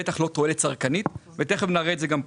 בטח לא תועלת צרכנית ותכף נראה את זה גם פה.